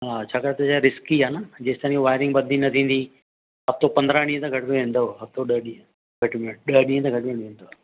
हा छाकाणि त इहा रिस्की आहे न जेसिताईं वायरिंग बदिली न थींदी हफ़्तो पंद्रहं ॾींहुं त घटि में घटि वेंदो हफ़्तो ॾह ॾींहुं घटि में घटि ॾह ॾींहुं त घटि में घटि वेंदव